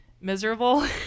miserable